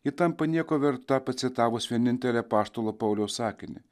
ji tampa nieko verta pacitavus vienintelį apaštalo pauliaus sakinį